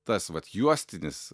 tas vat juostinis